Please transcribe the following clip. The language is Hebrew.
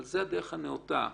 זאת הדרך הנאותה,